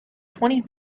twenty